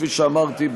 כפי שאמרתי,